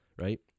right